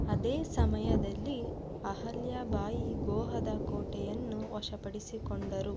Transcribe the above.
ಅದೇ ಸಮಯದಲ್ಲಿ ಅಹಲ್ಯಾ ಬಾಯಿ ಗೋವೆಯ ಕೋಟೆಯನ್ನು ವಶಪಡಿಸಿಕೊಂಡರು